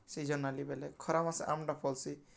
seasonally ବେଲେ ଖରା ମାସେ ଆମ୍ବ୍ଟା ଫଲ୍ସି